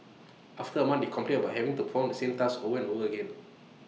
after A month they complained about having to perform the same task over and over again